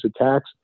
attacks